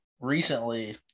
recently